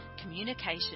communication